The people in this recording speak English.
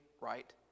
right